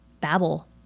Babble